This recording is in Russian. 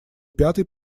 пятой